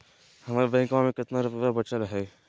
हमर बैंकवा में कितना रूपयवा बचल हई?